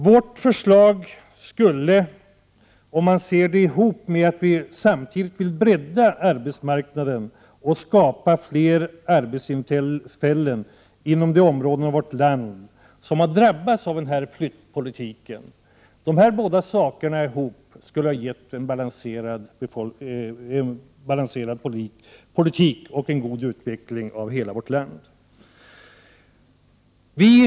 Vårt förslag skulle — tillsammans med de förslag som centern har när det gäller att bredda arbetsmarknaden och skapa fler arbetstillfällen inom de områden av vårt land som hårt har drabbats av flyttpolitiken — ha lett till en balanserad politik och en god utveckling av hela vårt land.